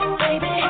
baby